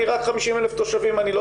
יש אצלנו רק 50,000 תושבים,